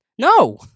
No